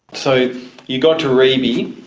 so you got to reiby.